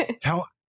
tell